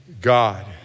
God